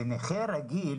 לנכה רגיל